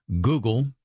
Google